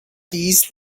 these